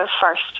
first